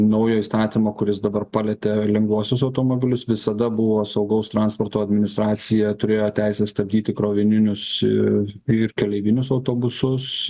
naujo įstatymo kuris dabar palietė lengvuosius automobilius visada buvo saugaus transporto administracija turėjo teisę stabdyti krovininius ir ir keleivinius autobusus